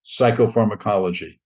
psychopharmacology